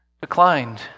declined